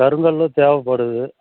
கருங்கல் தேவைப்படுது